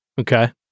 Okay